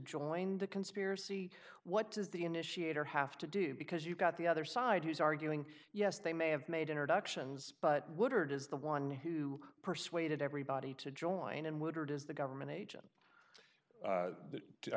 join the conspiracy what does the initiator have to do because you've got the other side who's arguing yes they may have made introductions but woodard is the one who persuaded everybody to join and woodward is the government agent